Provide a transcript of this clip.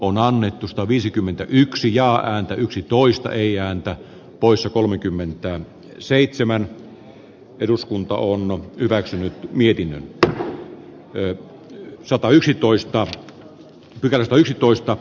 on annettu sataviisikymmentäyksi jaa ääntä yksitoista ei ääntä poissa kolmekymmentä seitsemän eduskunta on hyväksynyt mietin että ne satayksitoista pilkku yksitoista